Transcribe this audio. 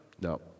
no